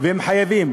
והם חייבים.